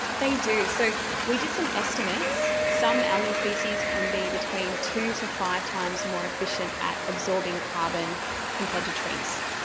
they do. so we did some estimates. some algae species can be between two to five times more efficient at absorbing carbon compared to trees.